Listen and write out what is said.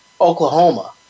Oklahoma